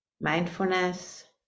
Mindfulness